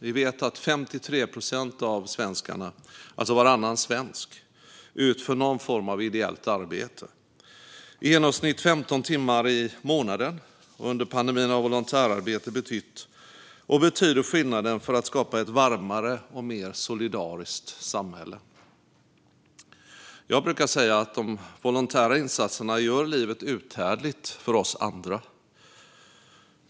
Vi vet att 53 procent av svenskarna, alltså varannan svensk, utför någon form av ideellt arbete i genomsnitt 15 timmar i månaden. Under pandemin har volontärarbete betytt och betyder skillnaden som behövs för att skapa ett varmare och mer solidariskt samhälle. Jag brukar säga att de volontära insatserna gör livet uthärdligt för oss andra.